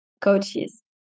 coaches